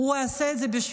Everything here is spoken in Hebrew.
הוא עושה את זה בשבילם.